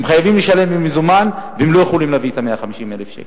הם חייבים לשלם במזומן והם לא יכולים להביא את 150,000 השקל.